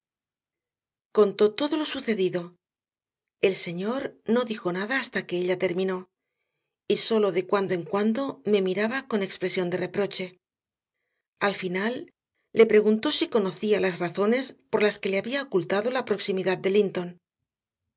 contó todo lo sucedido el señor no dijo nada hasta que ella terminó y sólo de cuando en cuando me miraba con expresión de reproche al final le preguntó si conocía las razones por las que le había ocultado la proximidad de linton